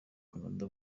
canada